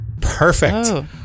Perfect